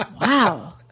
Wow